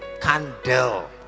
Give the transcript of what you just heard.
candle